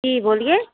جی بولیے